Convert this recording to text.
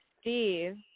Steve